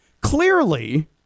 clearly